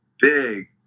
big